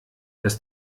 dass